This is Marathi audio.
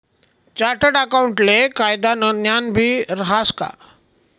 चार्टर्ड अकाऊंटले कायदानं ज्ञानबी रहास का